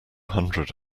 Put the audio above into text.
hundred